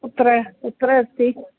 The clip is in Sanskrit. कुत्र कुत्र अस्ति